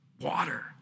water